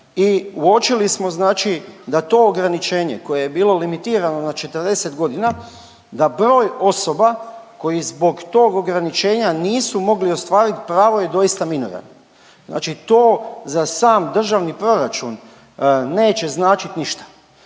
i uočili smo znači da to ograničenje koje je bilo limitirano na 40 godina, da broj osoba koji zbog tog ograničenja nisu mogli ostvarit pravo je doista minorno. Znači to za sam državni proračun neće značit ništa